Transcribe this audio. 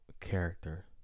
character